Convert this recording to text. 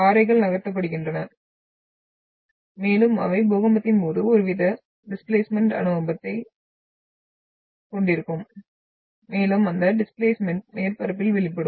பாறைகள் நகர்த்தப்படுகின்றன மேலும் அவை பூகம்பத்தின் போது ஒருவித டிஸ்பிளேஸ்மென்ட் அனுபவத்தைக் கொண்டிருக்கும் மேலும் அந்த டிஸ்பிளேஸ்மென்ட் மேற்பரப்பில் வெளிப்படும்